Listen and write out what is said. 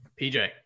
PJ